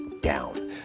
down